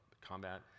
combat